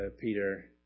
Peter